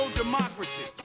democracy